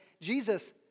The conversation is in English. Jesus